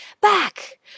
back